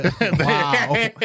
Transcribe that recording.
Wow